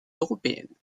européennes